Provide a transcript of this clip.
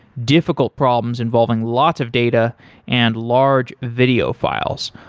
difficult problems involving lots of data and large video files.